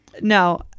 No